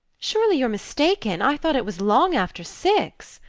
surely you're mistaken? i thought it was long after six.